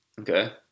Okay